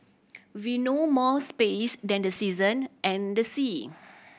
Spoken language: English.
we know more space than the season and the sea